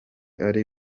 ari